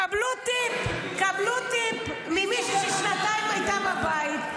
קבלו טיפ, קבלו טיפ ממישהי ששנתיים הייתה בבית: